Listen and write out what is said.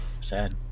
sad